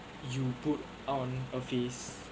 you put on a face